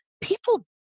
People